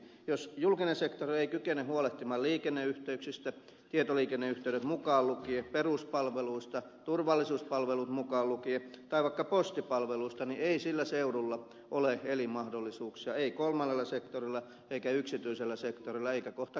jos julkinen sektori ei kykene huolehtimaan liikenneyhteyksistä tietoliikenneyhteydet mukaan lukien peruspalveluista turvallisuuspalvelut mukaan lukien tai vaikka postipalveluista niin ei sillä seudulla ole elinmahdollisuuksia ei kolmannella sektorilla eikä yksityisellä sektorilla eikä kohta kenelläkään